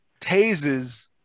tases